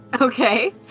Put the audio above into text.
Okay